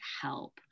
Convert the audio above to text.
help